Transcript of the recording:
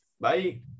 Bye